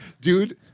dude